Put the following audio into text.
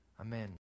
Amen